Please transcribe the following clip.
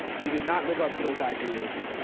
they did not live up to those ideals.